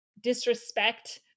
disrespect